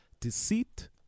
deceit